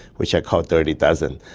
which are called dirty dozen.